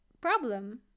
problem